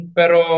pero